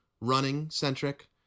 running-centric